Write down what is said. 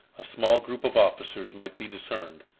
a small group of officers might be discerned,